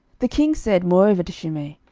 the king said moreover to shimei,